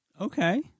Okay